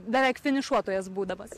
beveik finišuotojas būdamas